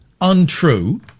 untrue